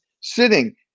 sitting